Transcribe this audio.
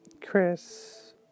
Chris